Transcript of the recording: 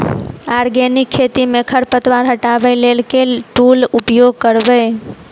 Organic खेती मे खरपतवार हटाबै लेल केँ टूल उपयोग करबै?